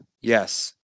yes